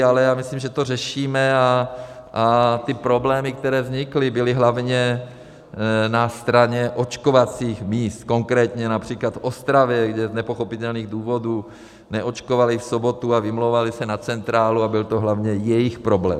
Ale já myslím, že to řešíme, a ty problémy, které vznikly, byly hlavně na straně očkovacích míst, konkrétně například v Ostravě, kde z nepochopitelných důvodů neočkovali v sobotu a vymlouvali se na centrálu, a byl to hlavně jejich problém.